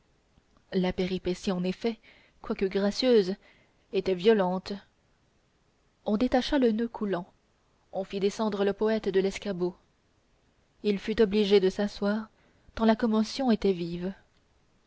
la péripétie en effet quoique gracieuse était violente on détacha le noeud coulant on fit descendre le poète de l'escabeau il fut obligé de s'asseoir tant la commotion était vive